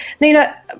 Nina